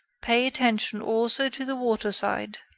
pay attention also to the water-side.